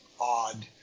odd